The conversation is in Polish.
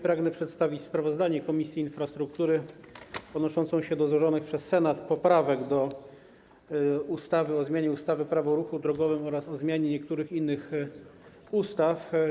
Pragnę przedstawić sprawozdanie Komisji Infrastruktury odnoszące się do złożonych przez Senat poprawek do ustawy o zmianie ustawy - Prawo o ruchu drogowym oraz niektórych innych ustaw.